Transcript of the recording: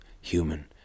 human